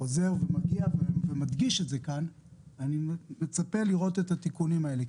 חוזר ומדגיש את זה כאן ואני מצפה לראות את התיקונים האלה.